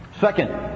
Second